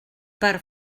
per